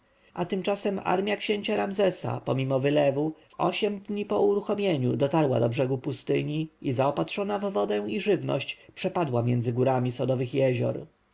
wiadomości a tymczasem armja księcia ramzesa pomimo wylewu w osiem dni po uruchomieniu dotarła brzegu pustyni i zaopatrzona w wodę i żywność przepadła między górami sodowych jezior